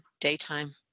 daytime